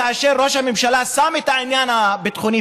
כאשר ראש הממשלה שם את העניין הביטחוני